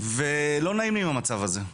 ולא נעים לי עם המצב הזה.